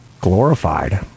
glorified